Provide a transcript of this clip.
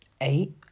eight